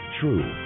true